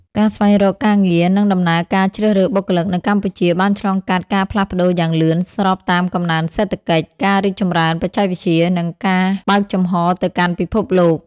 ការស្វែងរកការងារ និងដំណើរការជ្រើសរើសបុគ្គលិកនៅកម្ពុជាបានឆ្លងកាត់ការផ្លាស់ប្ដូរយ៉ាងលឿនស្របតាមកំណើនសេដ្ឋកិច្ច ការរីកចម្រើនបច្ចេកវិទ្យា និងការបើកចំហរទៅកាន់ពិភពលោក។